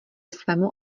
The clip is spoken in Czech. svému